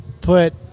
put